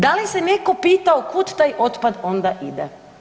Da li se neko pitao kud taj otpad onda ide?